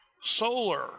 solar